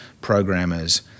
programmers